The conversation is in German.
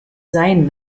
sein